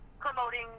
promoting